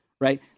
right